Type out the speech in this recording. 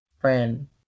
friend